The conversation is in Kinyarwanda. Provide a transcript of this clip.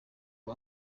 ubu